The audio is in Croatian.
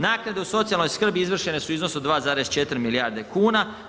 Naknade o socijalnoj skrbi izvršene su u iznosu 2,4 milijarde kuna.